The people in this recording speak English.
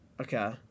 Okay